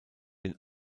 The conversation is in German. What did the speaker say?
den